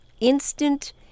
instant